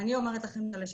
אני אתן לכם, כל אחד